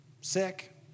sick